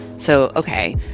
so, okay,